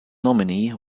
nominee